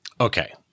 Okay